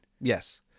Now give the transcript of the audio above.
yes